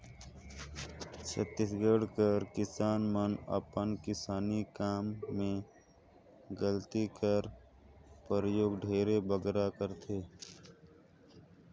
छत्तीसगढ़ कर किसान मन अपन किसानी काम मे गइती कर परियोग ढेरे बगरा करथे